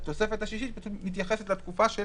והתוספת השישית מתייחסת לתקופה של